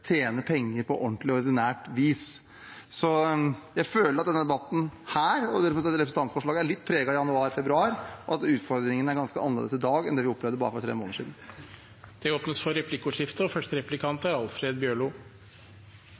penger på ordentlig, ordinært vis. Jeg føler at denne debatten og representantforslaget er litt preget av januar/februar, og at utfordringene er ganske annerledes i dag enn det vi opplevde for bare tre måneder siden. Det blir replikkordskifte. Eg er einig med finansministeren i at situasjonen – heldigvis – er